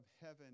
heaven